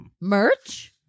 Merch